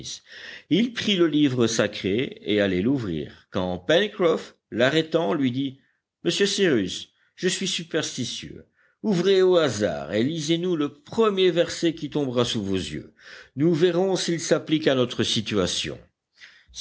il prit le livre sacré et allait l'ouvrir quand pencroff l'arrêtant lui dit monsieur cyrus je suis superstitieux ouvrez au hasard et lisez nous le premier verset qui tombera sous vos yeux nous verrons s'il s'applique à notre situation